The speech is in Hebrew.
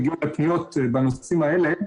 הגיעו אליי פניות בנושאים האלה,